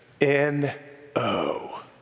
N-O